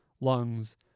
lungs